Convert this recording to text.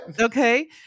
Okay